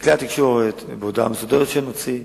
בכלי התקשורת ובהודעה מסודרת שאני מוציא,